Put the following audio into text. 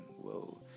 whoa